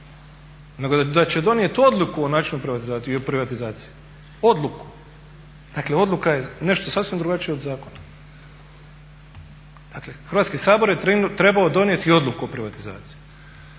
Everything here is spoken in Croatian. nego da će donijeti odluku o načinu privatizacije i o privatizaciji, odluku. Dakle, odluka je nešto sasvim drugačije od zakona. Dakle, Hrvatski sabor je trebao donijeti odluku o privatizaciji.